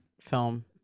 film